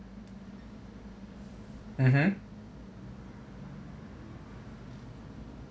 mmhmm